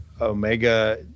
Omega